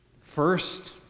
First